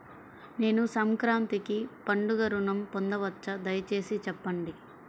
నేను సంక్రాంతికి పండుగ ఋణం పొందవచ్చా? దయచేసి చెప్పండి?